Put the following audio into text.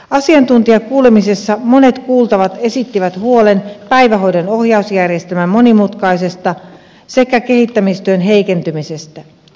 asiantuntijakuulemisessa monet kuultavat esittivät huolen päivähoidon ohjausjärjestelmän monimutkaistumisesta sekä kehittämistyön heikentymisestä